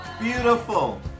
Beautiful